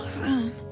room